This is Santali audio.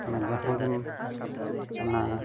ᱚᱱᱟ ᱡᱟᱦᱟᱸᱜᱮᱢ ᱚᱱᱟ